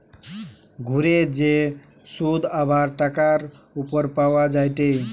ঘুরে যে শুধ আবার টাকার উপর পাওয়া যায়টে